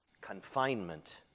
confinement